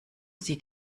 sie